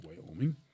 Wyoming